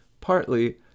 partly